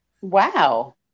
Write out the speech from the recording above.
Wow